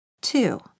Two